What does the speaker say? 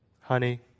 honey